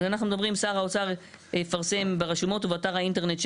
אז אנחנו אומרים "שר האוצר יפרסם ברשומות ובאתר האינטרנט של